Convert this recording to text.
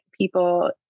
people